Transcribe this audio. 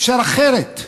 אפשר אחרת.